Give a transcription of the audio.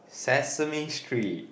Sesame Street